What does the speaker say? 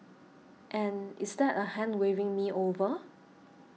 and is that a hand waving me over